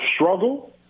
struggle